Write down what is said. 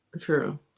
true